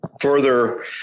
further